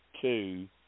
two